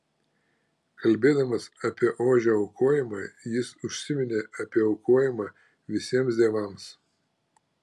kalbėdamas apie ožio aukojimą jis užsiminė apie aukojimą visiems dievams